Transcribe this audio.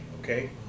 okay